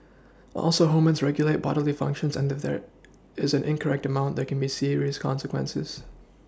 also hormones regulate bodily functions and if there is an incorrect amount there can be serious consequences